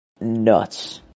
nuts